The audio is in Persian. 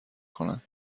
کنند